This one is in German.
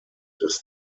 des